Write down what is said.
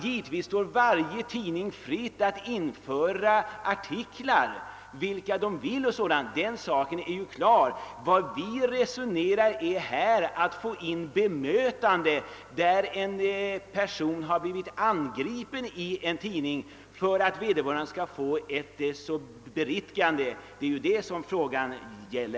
Givetvis står det varje tidning fritt att införa endast de artiklar man vill ha. Den saken är klar. Men vad vi nu resonerar om är möjligheten för en person som blivit angripen i en tidning att få in ett bemötande.